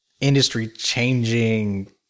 industry-changing